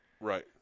right